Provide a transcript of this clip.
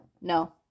No